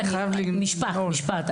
משפט,